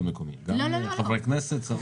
מקומי, גם חברי כנסת, שרים, כולם.